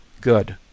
Good